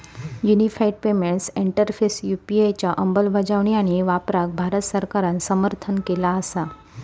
unified payments interface UPI च्या अंमलबजावणी आणि वापराक भारत सरकारान समर्थन केला असा